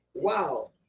wow